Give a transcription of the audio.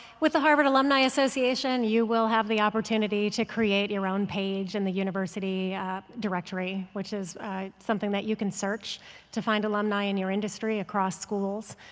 with the harvard alumni association, you will have the opportunity to create your own page in the university directory, which is something that you can search to find alumni in your industry across schools,